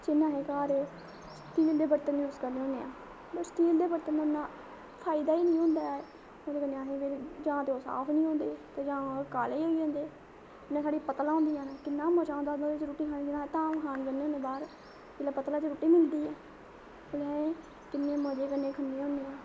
जि'यां अस घर स्टील दे बर्तन यूस करने होने आं पर स्टील दे बर्तन दा इ'न्ना फायदा बी निं होंदा ऐ ओह्दे कन्नै असें बी जां ते ओह् साफ निं होंदे जां ओह् काले होई जन्दे जि'यां साढ़ी पत्तलां होन्दियां न कि'न्ना मजा औंदा ओह्दे च रुट्टी खाने दा अस धाम खान जन्ने होने आं बाह्र ते जेल्लै पत्तलें च रुट्टी मिलदी ऐ ओल्लै ओह् किन्ने मज़े कन्नै ख'न्ने होने आं